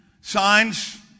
signs